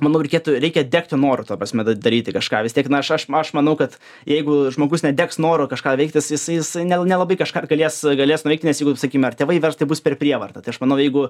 manau reikėtų reikia degti noru ta prasme da daryti kažką vis tiek na aš aš manau kad jeigu žmogus nedegs noru kažką veikti is isai isai ne nelabai kažką galės galės nuveikti nes jeigu sakykime ar tėvai vers tai bus per prievartą tai aš manau jeigu